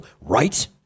right